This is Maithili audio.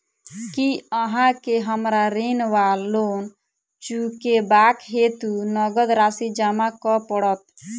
की अहाँ केँ हमरा ऋण वा लोन चुकेबाक हेतु नगद राशि जमा करऽ पड़त?